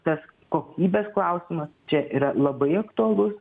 tas kokybės klausimas čia yra labai aktualus